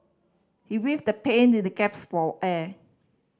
he writhed the pain and gaps for air